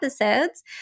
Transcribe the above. episodes